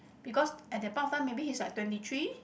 because at the point of time maybe he's like twenty three